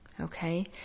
Okay